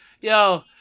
Yo